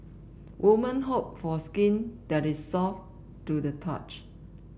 woman hope for skin that is soft to the touch